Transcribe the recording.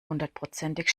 hundertprozentig